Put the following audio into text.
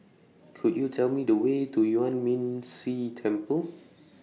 Could YOU Tell Me The Way to Yuan Ming Si Temple